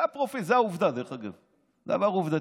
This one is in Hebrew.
זה הפרופיל, זו עובדה, דרך אגב, דבר עובדתי.